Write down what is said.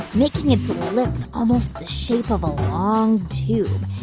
making its lips almost the shape of a long tube.